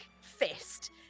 fist